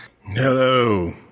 Hello